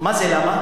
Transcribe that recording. למה